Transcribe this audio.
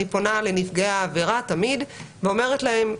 אני תמיד פונה לנפגעי העבירה ואומרת להם: